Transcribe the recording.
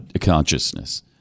consciousness